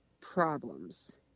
problems